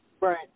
Right